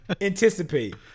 anticipate